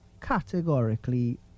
categorically